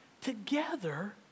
together